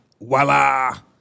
Voila